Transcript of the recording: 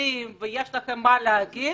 ושוקלים ויש לכם מה להגיד.